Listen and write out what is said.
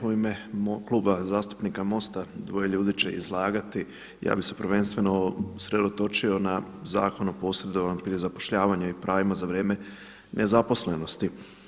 U ime Kluba zastupnika MOST-a dvoje ljudi će izlagati, ja bi se prvenstveno usredotočio na Zakon o posredovanju pri zapošljavanju i pravima za vrijeme nezaposlenosti.